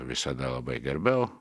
visada labai gerbiau